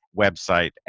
website